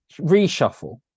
reshuffle